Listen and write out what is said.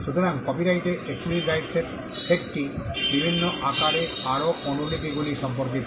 সুতরাং কপিরাইটে exclusive rights এর সেটটি বিভিন্ন আকারে আরও অনুলিপিগুলি সম্পর্কিত